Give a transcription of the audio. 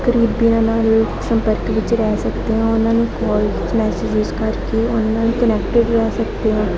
ਕਰੀਬੀਆਂ ਨਾਲ ਸੰਪਰਕ ਵਿੱਚ ਰਹਿ ਸਕਦੇ ਹਾਂ ਉਨ੍ਹਾਂ ਨੂੰ ਕੌਲਸ ਮੈਸੇਜਿਸ ਕਰਕੇ ਉਨ੍ਹਾਂ ਨੂੰ ਕਨੈਕਟਡ ਰਹਿ ਸਕਦੇ ਹਾਂ